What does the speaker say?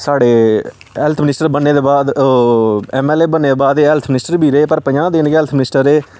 साढ़े health minister बनने दे बाद ओह् एम एल ए बनने दे बाद एह् हैल्थ मिनस्टर बी रेह् पर पंजाह् दिन गै हैल्थ मिनिस्टर रेह्